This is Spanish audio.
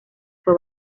fue